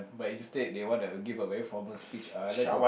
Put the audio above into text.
but instead they want to like give a very formal speech ah I like to